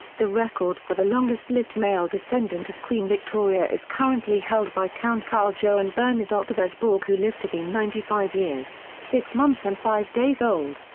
the record for the longest-lived male descendant of queen victoria is currently held by count carl johan and bernadotte of wisborg who lived to be ninety five years, six months and five days old.